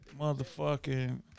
Motherfucking